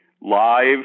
live